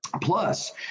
Plus